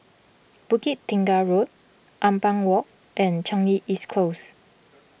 Bukit Tunggal Road Ampang Walk and Changi East Close